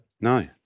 No